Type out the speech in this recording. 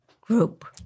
group